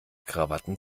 krawatten